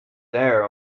there